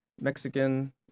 Mexican